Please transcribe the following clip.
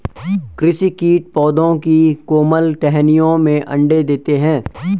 कृषि कीट पौधों की कोमल टहनियों में अंडे देते है